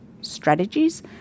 strategies